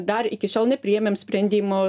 dar iki šiol nepriėmėm sprendimo